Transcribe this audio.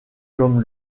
comme